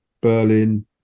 Berlin